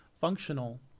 functional